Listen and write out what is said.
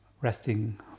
resting